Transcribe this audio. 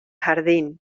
jardín